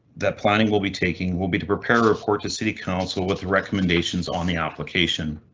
that planning will be taking will be to prepare report to city council with recommendations on the application.